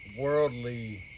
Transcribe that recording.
worldly